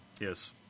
Yes